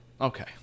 Okay